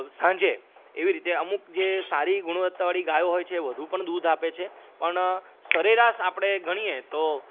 સાંજે એવી રીતે અમુક જે સારી ગુણવતા વાળી ગાયો હોય છે એ વધુ પણ દૂધ આપે છે પણ સરેરાશ આપણે ગણીએ તો